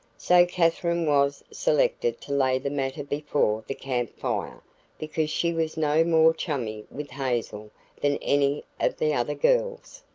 so katherine was selected to lay the matter before the camp fire because she was no more chummy with hazel than any of the other girls.